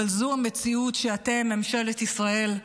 אבל זאת המציאות שאתם, ממשלת ישראל,